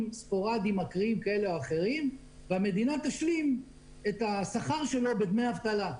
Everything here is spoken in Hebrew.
ספורדיים אקראיים כאלה ואחרים והמדינה תשלים את השכר שלו בדמי אבטלה.